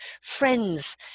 friend's